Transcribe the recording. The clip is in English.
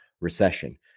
recession